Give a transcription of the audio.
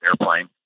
airplane